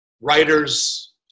writers